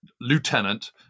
Lieutenant